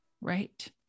right